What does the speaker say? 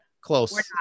close